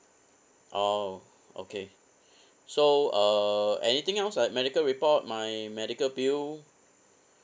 oh okay so uh anything else like medical report my medical bill